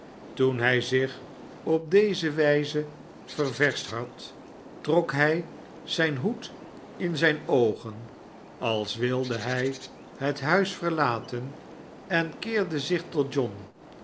toen hij zich op deze wijze ververscht had trok hij zijn hoed in zijne oogen als wilde hij het huis verlaten en keerde zich tot john